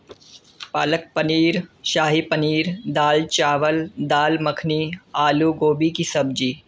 پالک پنیر شاہی پنیر دال چاول دال مکھنی آلو گوبھی کی سبزی